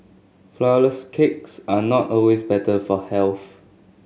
flourless cakes are not always better for health